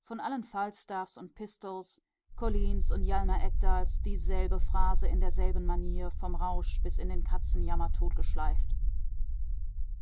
von allen falstaffs und pistols collines und hjalmar ekdals dieselbe phrase in derselben manier vom rausch bis in den katzenjammer totgeschleift